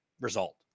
result